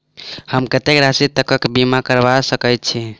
हम कत्तेक राशि तकक बीमा करबा सकै छी?